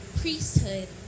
priesthood